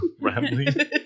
rambling